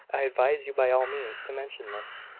i advise you by all means to mention this.